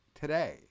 today